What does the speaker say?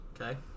Okay